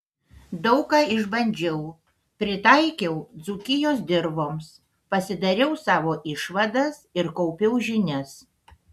daug ką išbandžiau pritaikiau dzūkijos dirvoms pasidariau savo išvadas ir kaupiau žinias